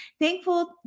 Thankful